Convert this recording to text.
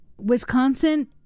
Wisconsin